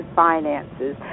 finances